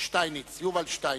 יובל שטייניץ.